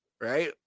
right